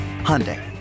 Hyundai